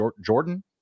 Jordan